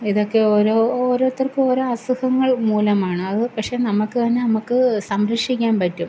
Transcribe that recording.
ഇതൊക്കെ ഓരോ ഓരോരുത്തർക്കോരോ അസുഖങ്ങൾ മൂലമാണത് പക്ഷേ നമുക്ക് തന്നെ നമുക്ക് സംരക്ഷിക്കാൻ പറ്റും